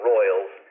Royals